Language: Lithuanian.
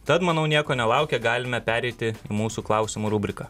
tad manau nieko nelaukę galime pereiti mūsų klausimų rubriką